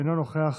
אינו נוכח,